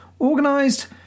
organised